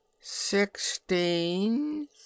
Sixteen